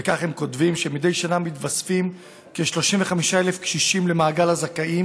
וכך הם כותבים: מדי שנה מתווספים כ-35,000 קשישים למעגל הזכאים